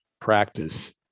practice